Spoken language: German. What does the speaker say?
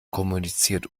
kommuniziert